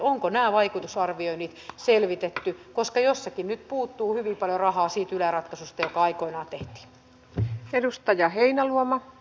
onko nämä vaikutusarvioinnit selvitetty koska jossakin nyt puuttuu hyvin paljon rahaa siitä yle ratkaisusta joka aikoinaan tehtiin